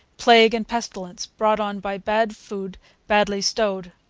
plague, and pestilence brought on by bad food badly stowed.